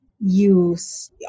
use